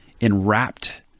enwrapped